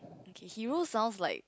okay hero sounds like